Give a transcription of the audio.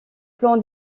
plan